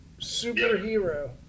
superhero